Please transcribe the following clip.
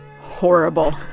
horrible